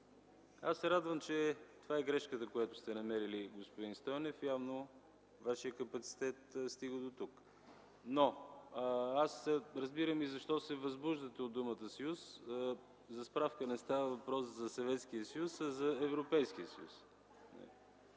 аз се радвам, че това е грешката, която сте намерили, господин Стойнев. Явно Вашият капацитет стига дотук. Разбирам и защо се възбуждате от думата „Съюз”. За справка – не става въпрос за Съветския съюз, а за Европейския съюз.